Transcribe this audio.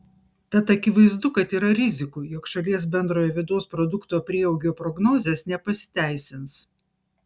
tad akivaizdu kad yra rizikų jog šalies bendrojo vidaus produkto prieaugio prognozės nepasiteisins